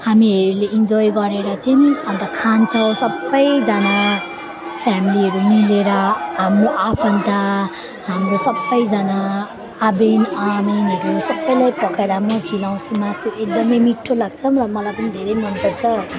हामीहरू इन्जोय गरेर चाहिँ अनि त खान्छौँ सबैजना फ्यामिलीहरू मिलेर हामी आफन्त हाम्रो सबैजना आबेन आमेनहरू सबैलाई पकाएर खिलाउँछु मासु एकदमै मिठो लाग्छ र मलाई पनि धेरै मन पर्छ